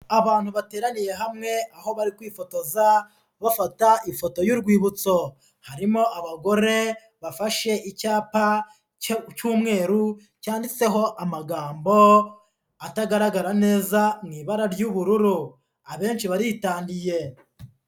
Abantu bateraniye hamwe, aho bari kwifotoza, bafata ifoto y'urwibutso. Harimo abagore bafashe icyapa cy'umweru cyanditseho amagambo atagaragara neza mu ibara ry'ubururu. Abenshi baritandiye.